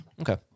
Okay